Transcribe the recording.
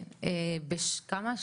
בכמה?